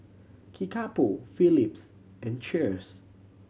Kickapoo Phillips and Cheers